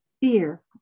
Fear